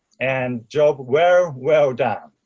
and job well well done.